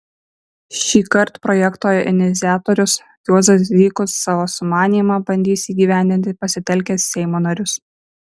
šįkart projekto iniciatorius juozas zykus savo sumanymą bandys įgyvendinti pasitelkęs seimo narius